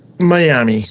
Miami